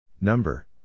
Number